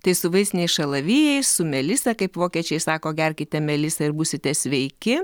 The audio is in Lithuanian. tai su vaistiniais šalavijais su melisa kaip vokiečiai sako gerkite melisą ir būsite sveiki